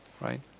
Right